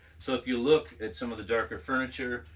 so if you look at some of the darker furniture,